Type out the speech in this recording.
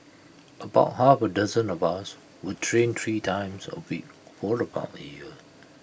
about half A dozen of us would train three times A week for about A year